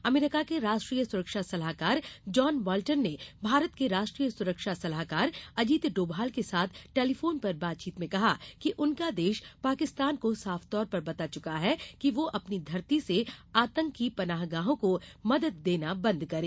अमरीका के राष्ट्रीय सुरक्षा सलाहकार जॉन बॉल्टन ने भारत के राष्ट्रीय सुरक्षा सलाहकार अजीत डोभाल के साथ टेलिफोन पर बातचीत में कहा कि उनका देश पाकिस्तान को साफतौर पर बता चुका है कि वह अपनी धरती से आतंकी पनाहगाहों को मदद देना बंद करें